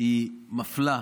מפלה,